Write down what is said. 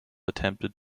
attempted